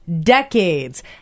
decades